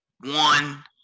one –